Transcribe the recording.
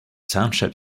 township